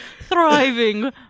thriving